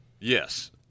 Yes